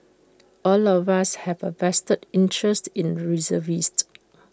all of us have A vested interest in reservist